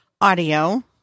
audio